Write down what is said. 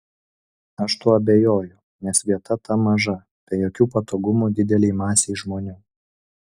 aš tuo abejoju nes vieta ta maža be jokių patogumų didelei masei žmonių